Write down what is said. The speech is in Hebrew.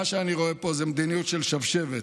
מה שאני רואה פה זו מדיניות של שבשבת.